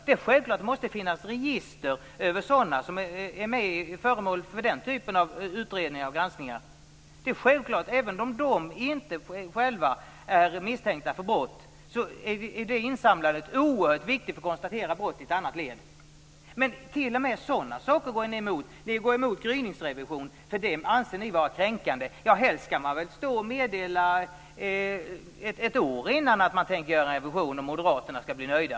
Det är självklart att det måste finnas register över dem som är föremål för den typen av utredningar och granskningar. Även om de inte själva är misstänkta för brott, är detta insamlande av uppgifter oerhört viktigt för att kunna konstatera brott i ett annat led. Men t.o.m. sådana saker går ni emot. Ni går emot gryningsrevision, för den anser ni vara kränkande. Helst skall man väl ett år innan meddela att man tänker göra en revision, om moderaterna skall bli nöjda.